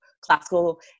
classical